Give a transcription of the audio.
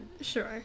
sure